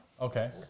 Okay